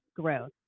growth